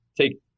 take